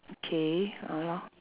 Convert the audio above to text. okay !hannor!